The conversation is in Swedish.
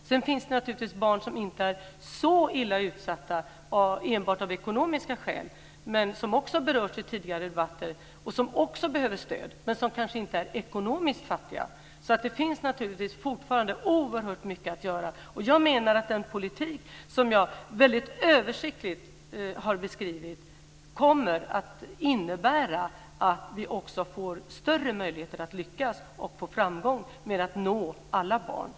Sedan finns det naturligtvis barn som inte är så illa utsatta enbart av ekonomiska skäl men som också har berörts i tidigare debatter och som också behöver stöd. Men de kanske inte är ekonomiskt fattiga. Det finns naturligtvis fortfarande oerhört mycket att göra. Jag menar att den politik som jag mycket översiktligt har beskrivit kommer att innebära att vi också får större möjligheter att lyckas och få framgång med att nå alla barn.